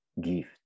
gift